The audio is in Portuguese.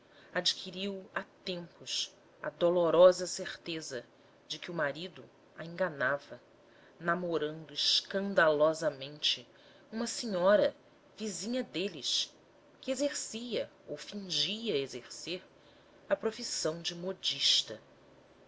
adquiriu há tempos a dolorosa certeza de que o marido a enganava namorando escandalosamente uma senhora vizinha deles que exercia ou fingia exercer a profissão de modista